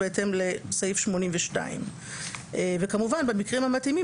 ובהתאם לסעיף 82. וכמובן במקרים המתאימים